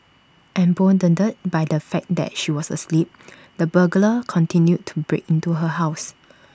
emboldened by the fact that she was asleep the burglar continued to break into her house